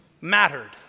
mattered